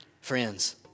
Friends